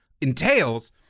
entails